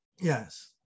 Yes